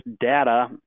data